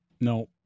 No